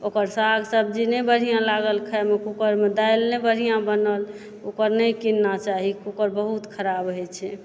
ओकर साग सब्जी नहि बढ़िआँ लागल खाएमे कुकरमे दालि नहि बढ़िआँ बनल कुकर नहि किनना चाही कुकर बहुत खराब होइत छै